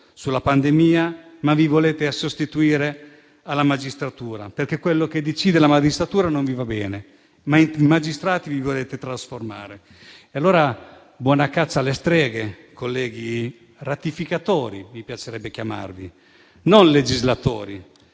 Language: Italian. sulla pandemia e vi volete sostituire alla magistratura, perché quello che decide la magistratura non vi va bene, ma in magistrati vi volete trasformare. E allora buona caccia alle streghe, colleghi ratificatori. Mi piacerebbe chiamarvi così e non legislatori,